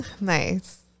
Nice